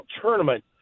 tournament